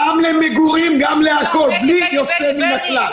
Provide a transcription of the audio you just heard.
גם למגורים וגם לכול, בלי יוצא מן הכלל.